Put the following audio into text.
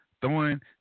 throwing